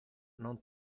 non